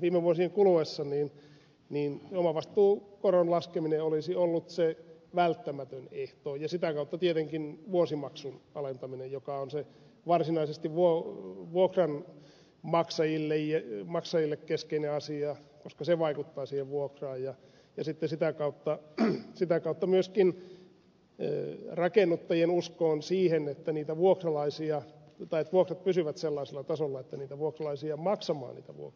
viime vuosien kuluessa niin omavastuukoron laskeminen olisi ollut se välttämätön ehto ja sitä kautta tietenkin vuosimaksun alentaminen joka on se varsinaisesti vuokranmaksajille keskeinen asia koska se vaikuttaa siihen vuokraan ja sitten sitä kautta myöskin rakennuttajien uskoon siihen että vuokrat pysyvät sellaisella tasolla että niitä vuokralaisia löytyy maksamaan niitä vuokria